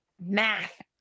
math